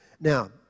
Now